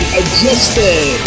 adjusted